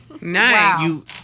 nice